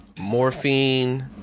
Morphine